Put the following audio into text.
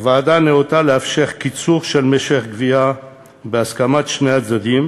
הוועדה ניאותה לאפשר קיצור של משך הגבייה בהסכמת שני הצדדים,